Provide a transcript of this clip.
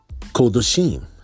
Kodoshim